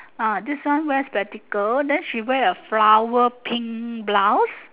uh this one wear spectacle then she wear a flower pink blouse